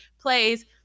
plays